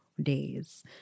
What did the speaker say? days